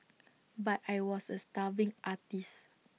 but I was A starving artist